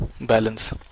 balance